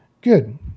Good